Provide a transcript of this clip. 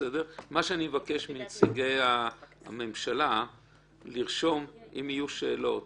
מבקש מנציגי הממשלה לרשום, אם יהיו שאלות,